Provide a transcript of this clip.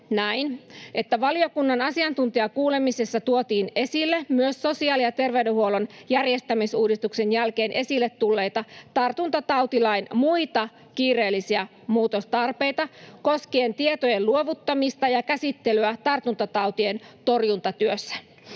”Valiokunnan asiantuntijakuulemisessa tuotiin esille myös sosiaali- ja terveydenhuollon järjestämisuudistuksen jälkeen esille tulleita tartuntatautilain muita kiireellisiä muutostarpeita koskien tietojen luovuttamista ja käsittelyä tartuntatautien torjuntatyössä.